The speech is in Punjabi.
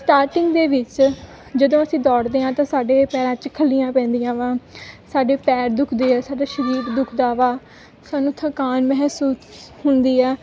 ਸਟਾਰਟਿੰਗ ਦੇ ਵਿੱਚ ਜਦੋਂ ਅਸੀਂ ਦੌੜਦੇ ਹਾਂ ਤਾਂ ਸਾਡੇ ਪੈਰਾਂ 'ਚ ਖੱਲੀਆਂ ਪੈਂਦੀਆਂ ਵਾ ਸਾਡੇ ਪੈਰ ਦੁਖਦੇ ਆ ਸਾਡਾ ਸਰੀਰ ਦੁੱਖਦਾ ਵਾ ਸਾਨੂੰ ਥਕਾਨ ਮਹਿਸੂਸ ਹੁੰਦੀ ਆ